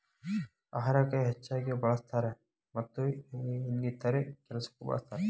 ಅಹಾರಕ್ಕ ಹೆಚ್ಚಾಗಿ ಬಳ್ಸತಾರ ಮತ್ತ ಇನ್ನಿತರೆ ಕೆಲಸಕ್ಕು ಬಳ್ಸತಾರ